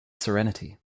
serenity